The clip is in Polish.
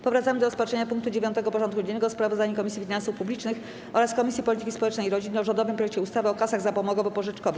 Powracamy do rozpatrzenia punktu 9. porządku dziennego: Sprawozdanie Komisji Finansów Publicznych oraz Komisji Polityki Społecznej i Rodziny o rządowym projekcie ustawy o kasach zapomogowo-pożyczkowych.